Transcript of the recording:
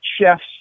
chefs